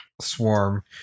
swarm